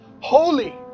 holy